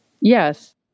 Yes